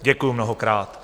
Děkuji mnohokrát.